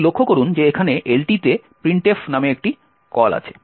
তাই লক্ষ্য করুন যে এখানে LT তে printf নামে একটি কল আছে